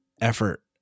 effort